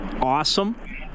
awesome